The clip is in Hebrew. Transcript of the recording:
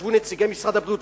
ישבו נציגי משרד הבריאות,